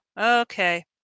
okay